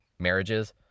marriages